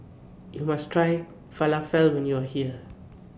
YOU must Try Falafel when YOU Are here